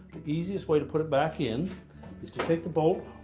easiest way to put it back in is to take the bolt,